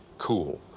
cool